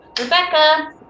Rebecca